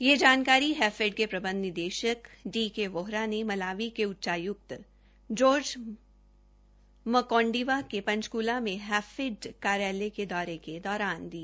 यह जानकारी हैफेड के प्रबंध निदेशक डी के वोहरा ने मलावी के उच्चायुक्त जार्ज म्कोंडिवा के पंचकूला में हैफेड कार्यालय के दौरे के दौरान दी